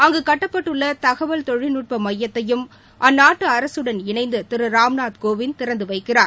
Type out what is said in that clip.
அங்கு கட்டப்பட்டுள்ள தகவல் தொழில் நட்பமையத்தையும் அந்நாட்டு அரசருடன் இணைந்து திரு ராம்நாத் கோவிந்த் திறந்து வைக்கிறார்